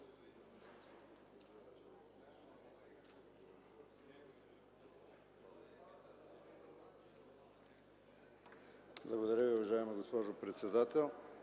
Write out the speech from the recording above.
Благодаря Ви, уважаема госпожо председател.